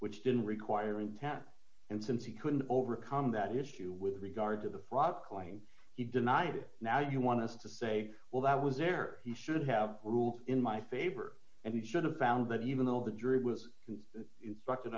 which didn't require it and since he couldn't overcome that issue with regard to the fraud claim he denied it now you want to say well that was there he should have ruled in my favor and he should have found that even though the jury was instructed